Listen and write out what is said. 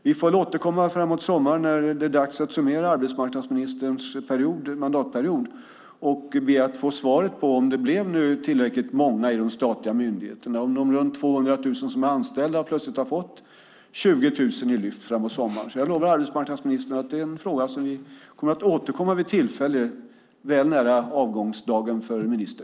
Vi får väl återkomma framåt sommaren när det är dags att summera arbetsmarknadsministerns mandatperiod och be att få svaret på om det blev tillräckligt många i de statliga myndigheterna och om de runt 200 000 som är anställda plötsligt har blivit ytterligare 20 000 i Lyft. Jag lovar att vi kommer att återkomma i den frågan vid tillfälle, väl nära ministerns avgångsdag.